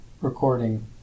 recording